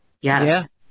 Yes